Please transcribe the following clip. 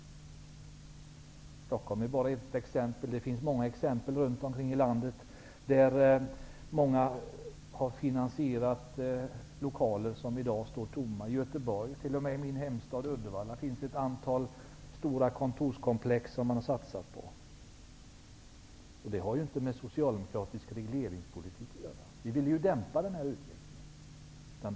Stockholm är bara ett exempel. Det finns många exempel runt om i landet där många har finansierat lokaler som i dag står tomma. I Göteborg och i min hemstad Uddevalla finns ett antal stora kontorskomplex tomma. Det har inte med socialdemokratisk regleringspolitik att göra. Vi ville dämpa den utvecklingen.